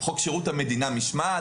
חוק שירות המדינה (משמעת).